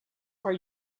are